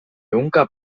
ehunka